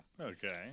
Okay